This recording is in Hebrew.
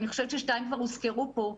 אני חושבת ששתיים כבר הוזכרו פה.